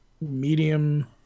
medium